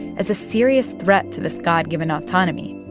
as a serious threat to this god-given autonomy,